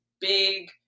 big